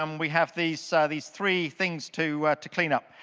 um we have these ah these three things to to clean up.